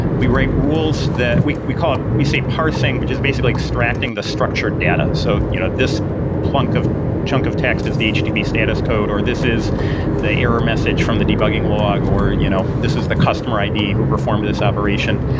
we write rules that we we say parsing, which is basically extracting the structured data. so you know this chunk of chunk of text is the http status code, or this is the error message from the debugging log or you know this is the customer id who performed this operation.